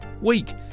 week